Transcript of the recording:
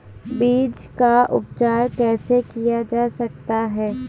बीज का उपचार कैसे किया जा सकता है?